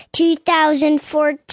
2014